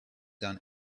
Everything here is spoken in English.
done